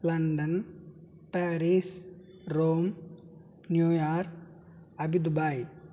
London Paris Rome New York అబిదుబాయ్